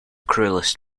cruellest